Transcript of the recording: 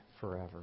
forever